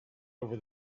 over